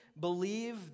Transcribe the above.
believe